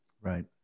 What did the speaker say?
Right